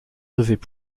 devaient